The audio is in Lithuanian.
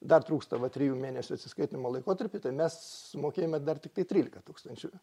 dar trūksta va trijų mėnesių atsiskaitymo laikotarpį tai mes sumokėjome dar tiktai trylika tūkstančių